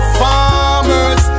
farmers